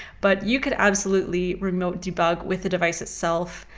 but you could absolutely remote debug with the device itself.